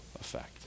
effect